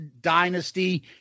dynasty